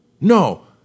No